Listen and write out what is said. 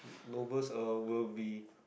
novels uh will be